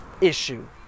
issue